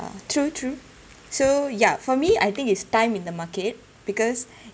true true so ya for me I think it's time in the market because